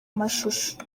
mashusho